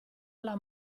alla